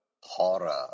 horror